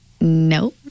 no